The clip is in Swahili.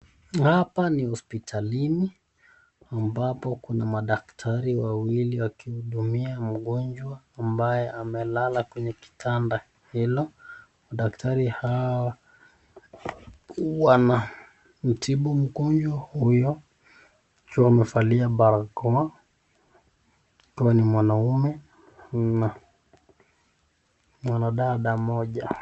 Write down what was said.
Hapa ni hospitalini ambapo kuna madaktari wawili wakihudumia mgonjwa ambaye amelala kwenye kitanda hilo. Daktari hawa wanamtibu mgonjwa huyo juu wamevalia barakoa; ikiwa ni mwanaume na mwanadada mmoja.